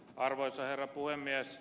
arvoisa herra puhemies